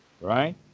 Right